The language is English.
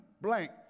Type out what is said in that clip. blank